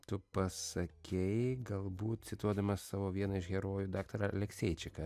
tu pasakei galbūt cituodamas savo vieną iš herojų daktarą alekseičiką